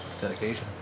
Dedication